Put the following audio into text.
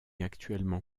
actuellement